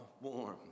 warm